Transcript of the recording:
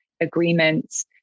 agreements